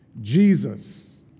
Jesus